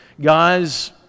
guys